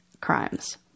crimes